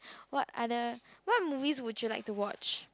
what other what movie would you like to watch